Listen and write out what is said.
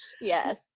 Yes